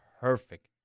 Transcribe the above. perfect